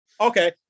Okay